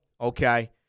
Okay